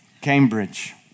Cambridge